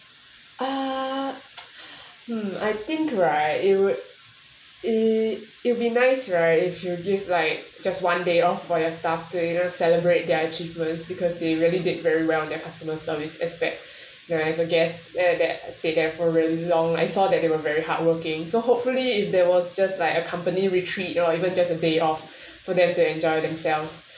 ah mm I think right it'll it it'll be nice right if you give like just one day off for your staff to you know to celebrate their achievements because they really did very well in their customer service aspect there as a guest eh that stay there for a long I saw that they were very hardworking so hopefully if there was just like a company retreat or even just a day off for them to enjoye himself